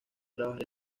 trabajar